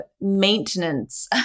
maintenance